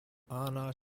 anna